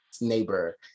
neighbor